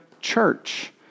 church